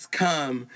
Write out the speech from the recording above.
come